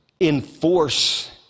Enforce